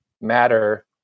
matter